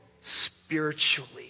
spiritually